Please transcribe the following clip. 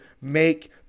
make